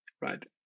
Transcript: right